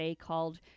called